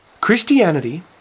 Christianity